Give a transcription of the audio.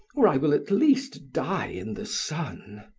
or i will at least die in the sun.